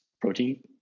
protein